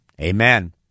Amen